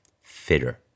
fitter